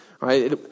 right